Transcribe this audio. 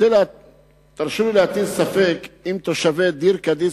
תרשו לי להטיל ספק בכך שתושבי דיר-קדיס